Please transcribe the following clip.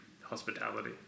hospitality